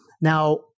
Now